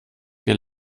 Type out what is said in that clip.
wir